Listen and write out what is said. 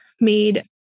made